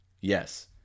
Yes